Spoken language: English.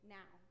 now